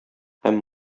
һәм